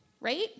Right